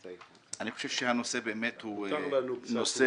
אני חושב שהנושא הוא באמת נושא